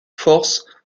forces